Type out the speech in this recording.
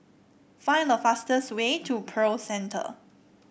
find the fastest way to Pearl Center